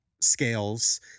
scales